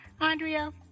Andrea